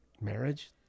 marriage